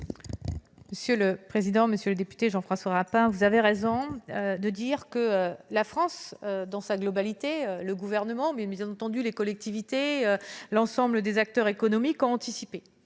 Mme la ministre. Monsieur le député Jean-François Rapin, vous avez raison de souligner que la France dans sa globalité, le Gouvernement, mais aussi les collectivités et l'ensemble des acteurs économiques ont anticipé